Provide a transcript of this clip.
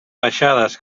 baixades